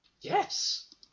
Yes